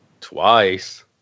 Twice